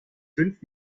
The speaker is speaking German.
fünf